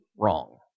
wrong